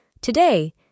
Today